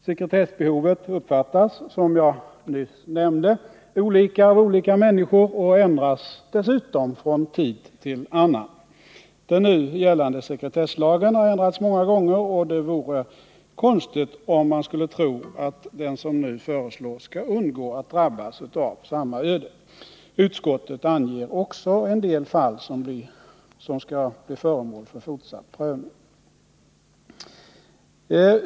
Sekretessbehovet uppfattas, som jag nyss nämnde, olika av olika människor och ändras dessutom från tid till annan. Den nu gällande sekretesslagstiftningen har ändrats många gånger, och det vore konstigt om man trodde att den föreslagna lagen skulle undgå att drabbas av samma öde. Utskottet anger också en del fall som bör bli föremål för fortsatt prövning.